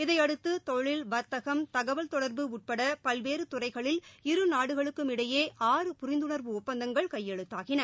இதையடுத்து தொழில் வர்த்தகம் தகவல் தொடர்பு உட்பட பல்வேறு துறைகளில் இரு நாடுகளுக்கு இடையே ஆறு புரிந்துணர்வு ஒப்பந்தங்கள் கையெழுத்தாகின